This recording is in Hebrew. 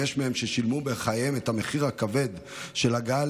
ויש מהם ששילמו את המחיר הכבד בהגעה